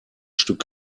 stück